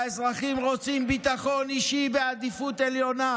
והאזרחים רוצים ביטחון אישי בעדיפות עליונה